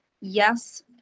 yes